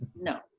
No